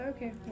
Okay